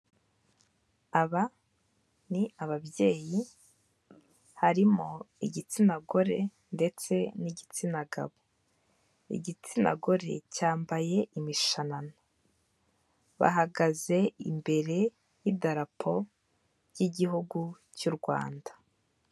Aba ni ababyeyi harimo igitsina gore ndetse n'igitsina gabo, igitsina gore cyambaye imishanana, bahagaze imbere y'idarapo ry'igihugu cy'u Rwanda.